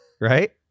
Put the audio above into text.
right